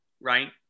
right